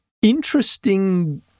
Interesting